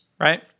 right